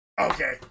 okay